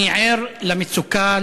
אני ער למצוקה,